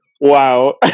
Wow